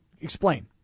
explain